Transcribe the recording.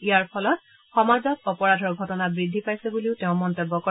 ইয়াৰ ফলত সমাজত অপৰাধৰ ঘটনা বৃদ্ধি পাইছে বুলিও তেওঁ মন্তব্য কৰে